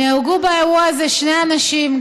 נהרגו באירוע הזה שני אנשים,